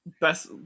Best